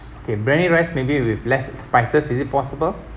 okay briyani rice maybe with less spices is it possible